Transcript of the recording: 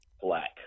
black